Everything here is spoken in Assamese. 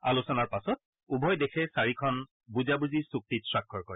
আলোচনাৰ পাছত উভয় দেশে চাৰিখন বুজাবুজিৰ চুক্তিত স্বাক্ষৰ কৰে